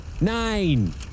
Nine